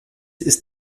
ist